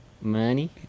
Money